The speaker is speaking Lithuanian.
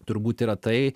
turbūt yra tai